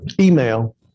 email